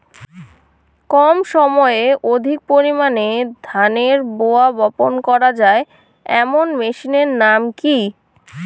কম সময়ে অধিক পরিমাণে ধানের রোয়া বপন করা য়ায় এমন মেশিনের নাম কি?